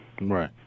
Right